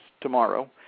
tomorrow